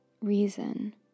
reason